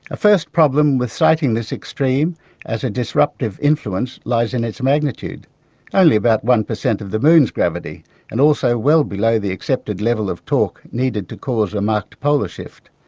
first problem with citing this extreme as a disruptive influence lies in its magnitude only about one percent of the moon's gravity and also well below the accepted level of torque needed to cause a marked polar shift.